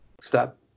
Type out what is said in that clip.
stop